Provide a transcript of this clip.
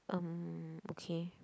um okay